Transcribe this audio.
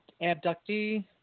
abductee